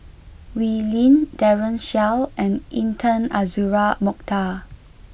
Wee Lin Daren Shiau and Intan Azura Mokhtar